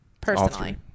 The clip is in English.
personally